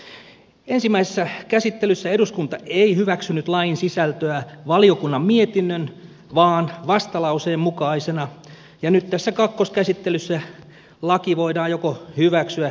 ensimmäisessä käsittelyssä eduskunta ei hyväksynyt lain sisältöä valiokunnan mietinnön vaan vastalauseen mukaisena ja nyt tässä kakkoskäsittelyssä laki voidaan joko hyväksyä tai hylätä